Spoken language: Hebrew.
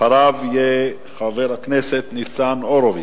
אחריו יהיה חבר הכנסת ניצן הורוביץ.